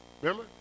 Remember